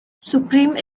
supreme